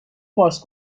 باز